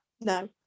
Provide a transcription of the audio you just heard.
No